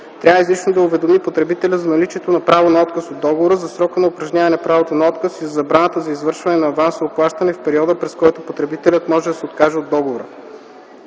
трябва изрично да уведоми потребителя за наличието на право на отказ от договора, за срока на упражняване правото на отказ и за забраната за извършване на авансово плащане в периода, през който потребителят може да се откаже от договора.